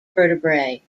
vertebrae